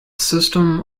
system